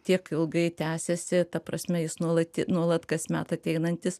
tiek ilgai tęsiasi ta prasme jis nuolat nuolat kasmet ateinantis